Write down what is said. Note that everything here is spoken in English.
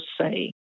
say